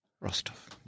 Rostov